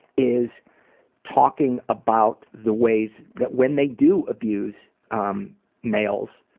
is talking about the ways that, when they do abuse um males,